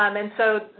um and so,